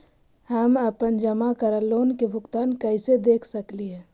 हम अपन जमा करल लोन के भुगतान कैसे देख सकली हे?